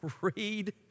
Read